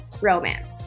romance